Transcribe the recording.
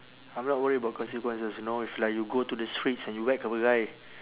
I'm not worried about consequences you know if like you go to the streets and you whack a guy